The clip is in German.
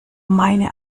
meine